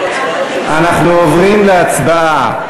אנחנו עוברים להצבעה,